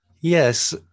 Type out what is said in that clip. Yes